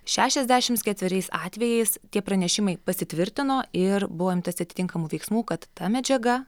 šešiasdešimt ketveriais atvejais tie pranešimai pasitvirtino ir buvo imtasi atitinkamų veiksmų kad ta medžiaga